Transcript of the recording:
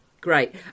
great